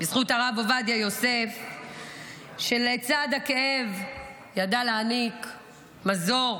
בזכות הרב עובדיה יוסף, שלצד הכאב ידע להעניק מזור